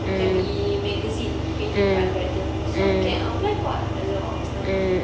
it can be magazine creative director so can apply for a lot of stuff